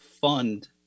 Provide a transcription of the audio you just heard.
fund